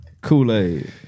Kool-Aid